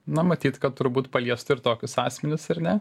na matyt kad turbūt paliestų ir tokius asmenis ar ne